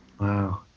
Wow